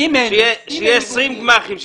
איזו בעיה של ניגוד עניינים יש כאן?